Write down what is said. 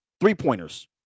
three-pointers